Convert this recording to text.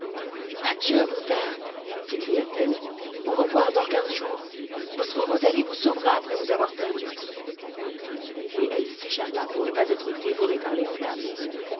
adieu mon père s'écria-t-elle au revoir dans quinze jours votre rosalie vous sauvera après vous avoir perdu et elle s'échappa pour ne pas être dévorée par les flammes